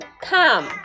Come